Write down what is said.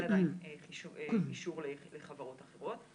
אין עדיין אישור לחברות אחרות.